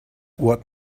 what